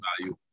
value